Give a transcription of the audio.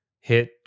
hit